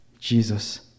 Jesus